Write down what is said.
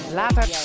later